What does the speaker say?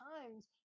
times